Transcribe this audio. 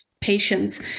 patients